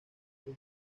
los